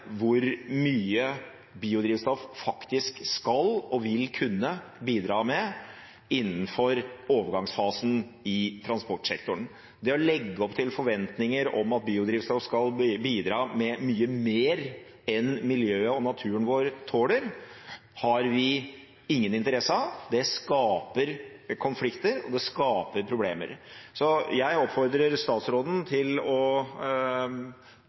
hvor mye biodrivstoff faktisk skal og vil kunne bidra med innenfor overgangsfasen i transportsektoren. Det å legge opp til forventninger om at biodrivstoff skal bidra med mye mer enn miljøet og naturen vår tåler, har vi ingen interesse av. Det skaper konflikter, og det skaper problemer. Så jeg oppfordrer statsråden til å